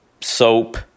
soap